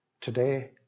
today